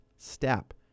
Step